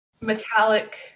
metallic